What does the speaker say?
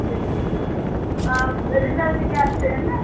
اچھا ٹھیٖک ٹھیٖک آ رِزَلٹ کیاہ چھُ أمس